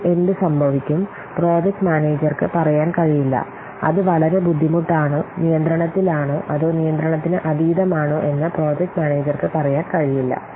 അപ്പോൾ എന്ത് സംഭവിക്കും പ്രോജക്റ്റ് മാനേജർക്ക് പറയാൻ കഴിയില്ല അത് വളരെ ബുദ്ധിമുട്ടാണോ നിയന്ത്രണത്തിലാണോ അതോ നിയന്ത്രണത്തിന് അതീതമാണോ എന്ന് പ്രോജക്ട് മാനേജർക്ക് പറയാൻ കഴിയില്ല